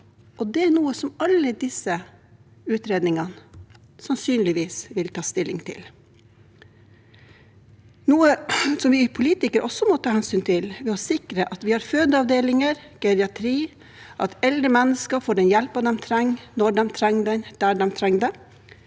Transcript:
Dette er noe alle disse utredningene sannsynligvis vil ta stilling til, noe vi politikere også må ta hensyn til ved å sikre at vi har fødeavdelinger og geriatri, at eldre mennesker får den hjelpen de trenger, når de trenger det